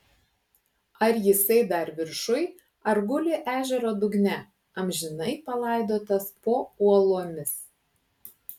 ar jisai dar viršuj ar guli ežero dugne amžinai palaidotas po uolomis